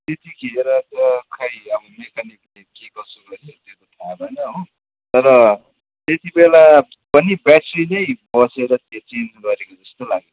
त्यतिखेर त खोइ अब मेक्यानिकले के कसो गऱ्यो त्यो त थाहा भएन हो तर त्यतिबेला पनि ब्याट्री नै बसेर त्यो चेन्ज गरेको जस्तो लाग्यो